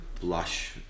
Blush